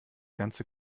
ganze